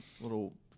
little